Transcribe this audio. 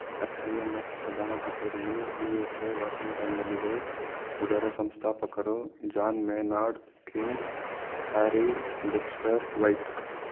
IMF ಪ್ರಧಾನ ಕಚೇರಿಯು USA ವಾಷಿಂಗ್ಟನಲ್ಲಿದೆ ಇದರ ಸಂಸ್ಥಾಪಕರು John Maynard Keynes, Harry Dexter white